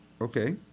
Okay